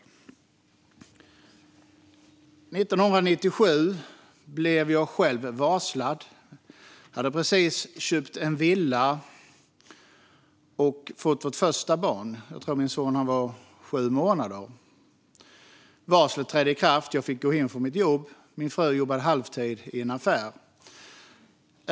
År 1997 blev jag själv varslad. Jag hade just köpt en villa, och vi hade fått vårt första barn. Jag tror att sonen var sju månader. Varslet trädde i kraft, och jag fick gå hem från mitt jobb. Min fru jobbade halvtid i en affär.